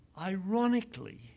ironically